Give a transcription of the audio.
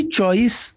choice